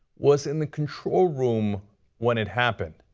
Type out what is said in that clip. was in the control room when it happened.